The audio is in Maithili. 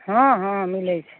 हँ हँ मिलै छै